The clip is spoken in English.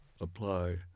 apply